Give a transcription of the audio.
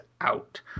out